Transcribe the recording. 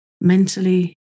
mentally